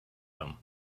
them